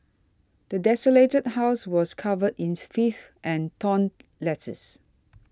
the desolated house was covered in filth and torn letters